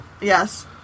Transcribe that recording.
yes